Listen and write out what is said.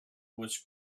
was